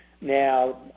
now